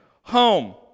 home